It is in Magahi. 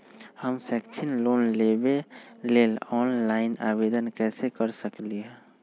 हम शैक्षिक लोन लेबे लेल ऑनलाइन आवेदन कैसे कर सकली ह?